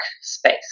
space